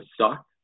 suck